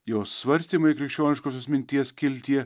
jos svarstymai krikščioniškosios minties skiltyje